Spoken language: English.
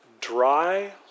dry